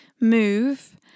move